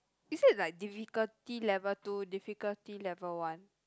is it like difficulty level two difficulty level one